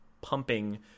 pumping